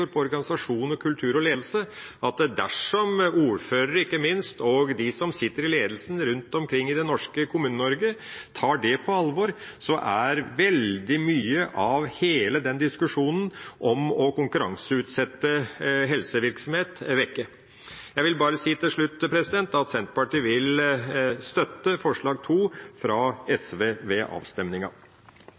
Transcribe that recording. kultur og ledelse, at dersom ikke minst ordførere og de som sitter i ledelsen rundt omkring i Kommune-Norge, tar det på alvor, er veldig mye av hele diskusjonen om å konkurranseutsette helsevirksomhet vekk. Jeg vil bare si til slutt at Senterpartiet vil støtte forslag nr. 2, fra SV, ved avstemninga.